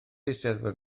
eisteddfod